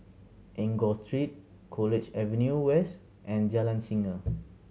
Enggor Street College Avenue West and Jalan Singa